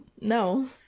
no